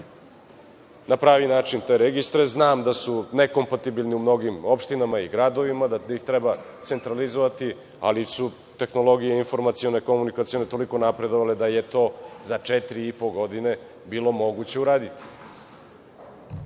na pravi način te registre, znam da su nekompatibilni u mnogim opštinama i gradovima, da ih treba centralizovati, ali su tehnologija i informacione komunikacije toliko napredovale da je to za četiri i po godine bilo moguće uraditi.